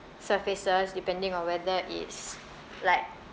surfaces depending on whether it's like